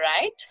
right